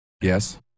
yes